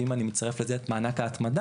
ואם אני מצרף לזה את מענק ההתמדה,